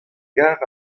gar